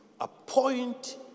appoint